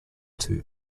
two